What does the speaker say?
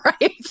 right